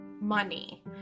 money